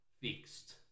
fixed